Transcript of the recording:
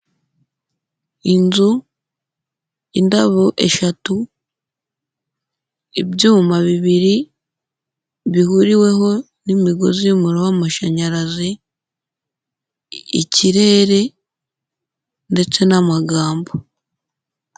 Inzu, indabo eshatu, ibyuma bibiri bihuriweho n'imigozi y'umuriro w'amashanyarazi, ikirere ndetse n'amagambo.